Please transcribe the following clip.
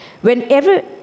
Whenever